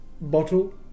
bottle